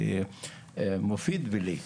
למופיד ולי.